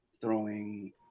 throwing